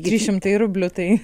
trys šimtai rublių tai